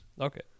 Okay